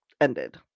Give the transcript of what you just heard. ended